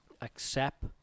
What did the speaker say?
Accept